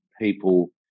people